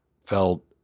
felt